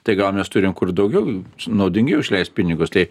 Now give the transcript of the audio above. tai gal mes turim kur daugiau naudingiau išleist pinigus tai